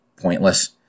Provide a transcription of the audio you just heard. pointless